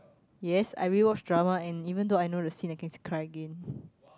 yes I rewatch drama and even though I know the scene I still cry again